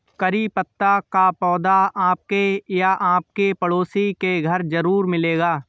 करी पत्ता का पौधा आपके या आपके पड़ोसी के घर ज़रूर मिलेगा